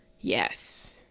yes